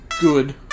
good